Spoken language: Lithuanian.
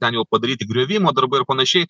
ten jau padaryti griovimo darbai ir panašiai